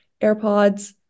AirPods